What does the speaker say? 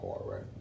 right